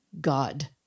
God